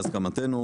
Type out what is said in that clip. בהסכמתנו.